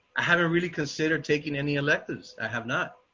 i haven't really considered taking any electives. i have not.